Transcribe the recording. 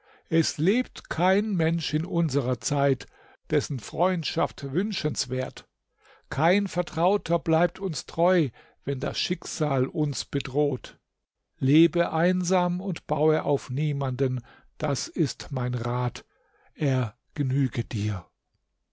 es lebt kein mensch in unserer zeit dessen freundschaft wünschenswert kein vertrauter bleibt uns treu wenn das schicksal uns bedroht lebe einsam und baue auf niemanden das ist mein rat er genüge dir